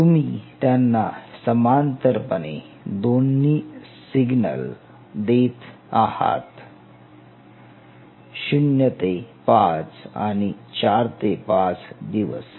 तुम्ही त्यांना समांतरपणे दोन्ही सिग्नल देत आहात 0 5 आणि 4 5 दिवस